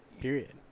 period